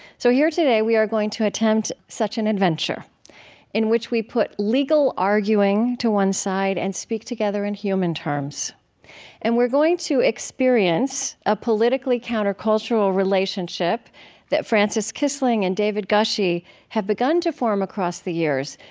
so here, today, we are going to attempt such an adventure in which we put legal arguing to one side and speak together in human terms and we are going to experience a politically countercultural relationship that frances kissling and david gushee have begun to form across the years.